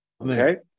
Okay